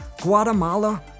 Guatemala